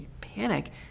panic